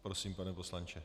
Prosím, pane poslanče.